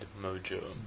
mojo